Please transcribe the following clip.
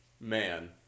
man